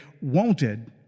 wanted